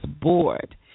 bored